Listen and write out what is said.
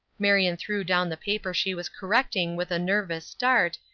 marion threw down the paper she was correcting with a nervous start,